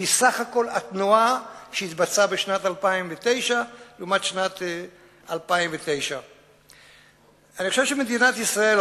סך כל התנועה שהתבצעה בשנת 2009 לעומת שנת 2008. אני חושב שמדינת ישראל,